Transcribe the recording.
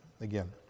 again